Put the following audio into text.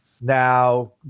Now